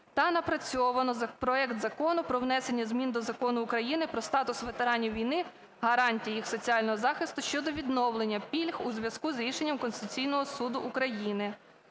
та напрацьовано проект Закону про внесення змін до Закону України "Про статус ветеранів війни, гарантії їх соціального захисту" щодо відновлення пільг у зв'язку з рішенням Конституційного Суду України.